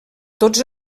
tots